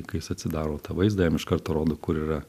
kai jis atsidaro tą vaizdą jam iš karto rodo kur yra